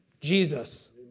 Jesus